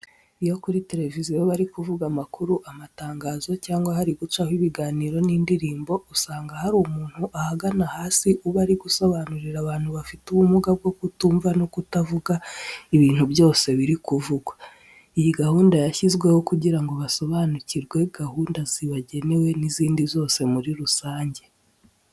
Iyo kuri televiziyo bari kuvuga amakuru, amatangazo cyangwa hari gucaho ibiganiro n'indirimbo, usanga hari umuntu ahagana hasi uba ari gusobanurira abantu bafite ubumuga bwo kutumva no kutavuga ibintu byose biri kuvugwa. Iyi gahunda yashyizweho kugira ngo basobanukirwe gahunda zibagenewe n'izindi zose muri rusange.